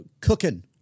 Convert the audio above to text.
cooking